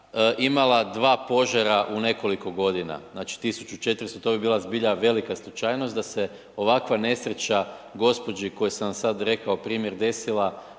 imala dva požara u nekoliko godina. Znači 1400, to bi bila zbilja velika slučajnost da se ovakva nesreća gospođi koju sam vam sad rekao primjer desila,